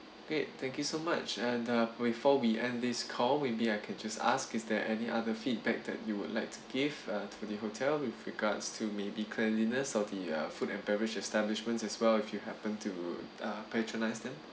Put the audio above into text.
okay thank you so much and uh before we end this call maybe I can just ask is there any other feedback that you would like to give uh to the hotel with regards to maybe cleanliness or the uh food and beverage establishments as well if you happen uh to patronise them